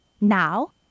Now